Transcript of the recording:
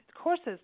courses